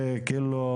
ייראה.